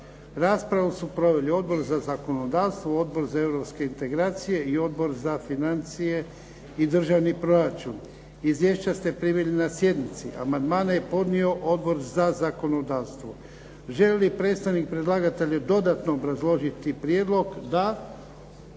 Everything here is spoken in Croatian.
Raspravu su proveli Odbor za zakonodavstvo, Odbor za europske integracije i Odbor za financije i državni proračun. Izvješća ste primili na sjednici. Amandmane je podnio Odbor za zakonodavstvo. Želi li predstavnik predlagatelja dodatno obrazložiti prijedlog? Da.